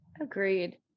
Agreed